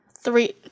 three